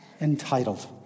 entitled